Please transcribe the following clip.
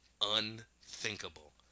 unthinkable